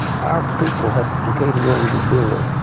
our people have the capability to do it.